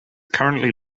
currently